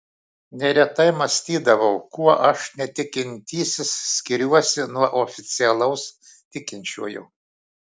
neretai mąstydavau kuo aš netikintysis skiriuosi nuo oficialaus tikinčiojo